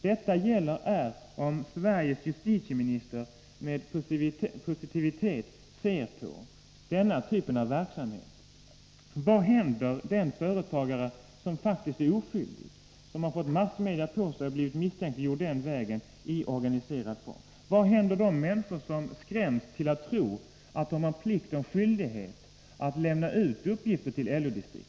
Frågan gäller om Sveriges justitieminister ser positivt på denna typ av verksamhet. Vad händer den företagare som faktiskt är oskyldig och som fått massmedia på sig och den vägen blivit misstänkliggjord i organiserad form? Vad händer de människor som skräms till att tro att de har plikt och skyldighet att lämna ut uppgifter till LO-distriktet?